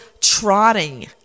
trotting